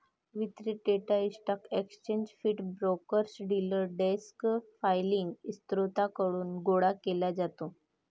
वितरित data stock exchange feed, brokers, dealer desk filing स्त्रोतांकडून गोळा केला जातो